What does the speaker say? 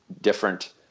different